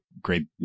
great